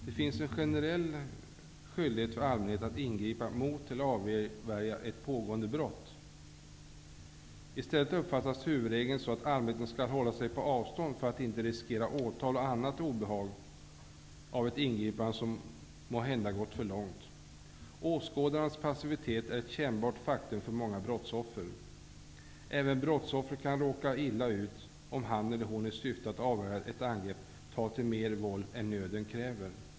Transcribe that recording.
Det finns ingen generell skyldighet för allmänheten att ingripa mot eller avvärja ett pågående brott. I stället uppfattas huvudregeln så, att allmänheten skall hålla sig på avstånd för att inte riskera åtal och annat obehag av ett ingripande som måhända gått för långt. Åskådarnas passivitet är ett kännbart faktum för många brottsoffer. Även brottsoffret kan råka illa ut, om han eller hon i syfte att avvärja ett angrepp tar till mer våld än nöden kräver.